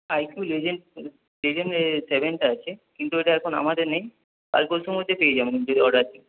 হ্যাঁ একটু legend legend সেভেনটা আছে কিন্তু ওটা এখন আমাদের নেই কাল পরশুর মধ্যে পেয়ে যাবেন যদি অর্ডার দিই